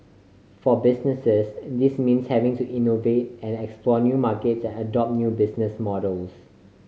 for businesses this means having to innovate and explore new markets and adopt new business models